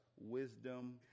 wisdom